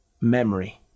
memory